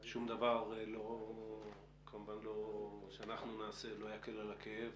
שום דבר שאנחנו נעשה כמובן לא יקל על הכאב,